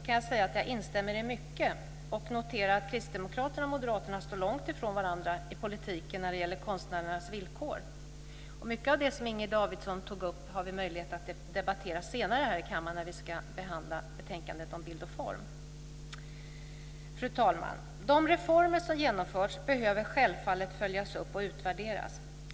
kan jag säga att jag instämmer i mycket, och jag noterar att kristdemokraterna och moderaterna står långt ifrån varandra i politiken när det gäller konstnärernas villkor. Mycket av det som Inger Davidson tog upp har vi möjlighet att debattera senare här i kammaren när vi ska behandla betänkandet om bild och form. Fru talman! De reformer som genomförts behöver självfallet följas upp och utvärderas.